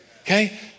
Okay